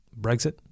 Brexit